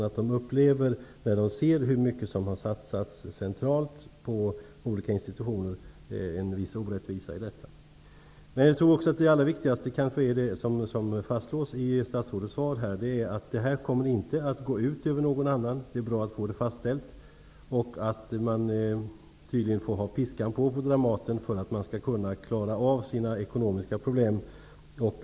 De upplever en viss orättvisa när de ser hur mycket som har satsats centralt på olika institutioner. Det allra viktigaste är kanske det som fastslås i statsrådets svar, att detta inte kommer att gå ut över någon annan. Det är bra att få det fastställt. Man får tydligen ha piskan på Dramaten för att de skall kunna klara av sina ekonomiska problem.